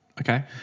Okay